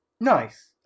Nice